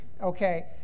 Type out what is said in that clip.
okay